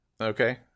Okay